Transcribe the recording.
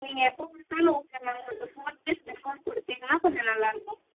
நீங்கள் எப்போ கொடுத்தாலும் ஓகே மேம் கொஞ்சம் ஃபோர் டேஸ் பிஃபோர் கொடுத்தீங்கன்னா கொஞ்சம் நல்லா இருக்கும்